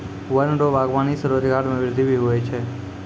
वन रो वागबानी से रोजगार मे वृद्धि भी हुवै छै